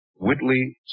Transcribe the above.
Whitley